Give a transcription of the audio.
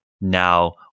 now